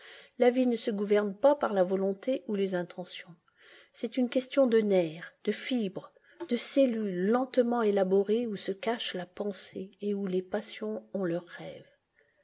la vie ne se gouverne pas par la volonté ou les intentions c'est une question de nerfs de fibres de cellules lentement élaborées où se cache la pensée et où les passions ont leurs rêves